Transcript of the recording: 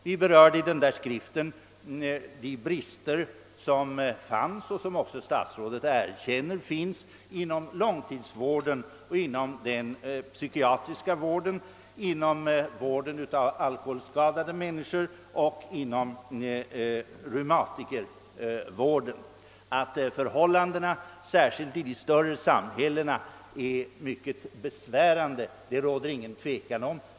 Vi berörde i skriften de brister som enligt vad också statsrådet erkänner finns inom långtidsvården, inom den psykiatriska vården, inom vården av alkoholskadade människor och inom reumatikervården. Att förhållandena särskilt i de större samhällena är mycket besvärande råder det inget tvivel om.